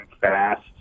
fast